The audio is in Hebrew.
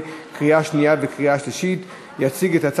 נגד,